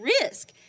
risk